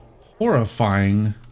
horrifying